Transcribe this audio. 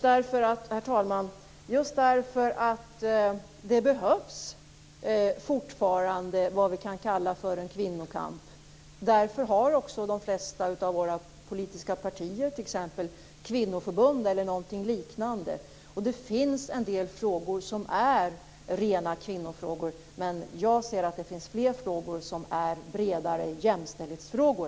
Herr talman! Just därför att det fortfarande behövs det som vi kan kalla för en kvinnokamp har de flesta av våra politiska partier kvinnoförbund eller något liknande. Det finns en del frågor som är rena kvinnofrågor, men jag ser ändå att det finns fler frågor som är bredare än jämställdhetsfrågor.